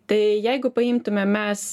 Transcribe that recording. tai jeigu paimtume mes